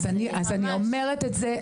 אז אני אומרת את זה,